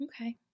Okay